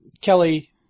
Kelly